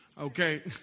okay